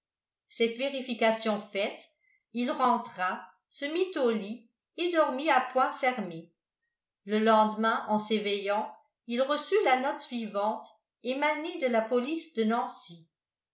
cette vérification faite il rentra se mit au lit et dormit à poings fermés le lendemain en s'éveillant il reçut la note suivante émanée de la police de nancy